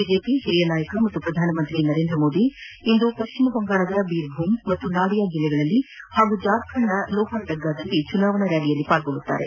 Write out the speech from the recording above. BJP ಹಿರಿಯ ನಾಯಕ ಹಾಗೂ ಪ್ರಧಾನ ಮಂತ್ರಿ ನರೇಂದ್ರ ಮೋದಿ ಇಂದು ಪಶ್ಚಿಮ ಬಂಗಾಳದ ಬಿರ್ ಬುಂ ಹಾಗೂ ನಾಡಿಯಾ ಜಿಲ್ಲೆಗಳಲ್ಲಿ ಹಾಗೂ ಜಾರ್ಖಂಡ್ನ ಲೋಹಾರ್ಡಗಾಗಳಲ್ಲಿ ಚುನಾವಣಾ ರ್ಯಾಲಿಗಳಲ್ಲಿ ಪಾಲ್ಗೊಳ್ಳಲಿದ್ದಾರೆ